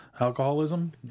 alcoholism